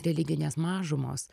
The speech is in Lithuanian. religinės mažumos